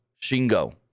Shingo